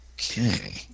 Okay